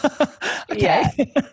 Okay